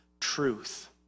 truth